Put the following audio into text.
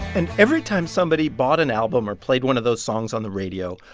and every time somebody bought an album or played one of those songs on the radio,